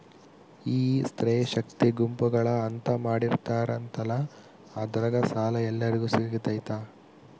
ಈ ಸ್ತ್ರೇ ಶಕ್ತಿ ಗುಂಪುಗಳು ಅಂತ ಮಾಡಿರ್ತಾರಂತಲ ಅದ್ರಾಗ ಸಾಲ ಎಲ್ಲರಿಗೂ ಸಿಗತೈತಾ?